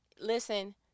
listen